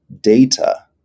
data